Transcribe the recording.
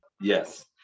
yes